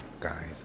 guys